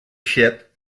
ship